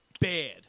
bad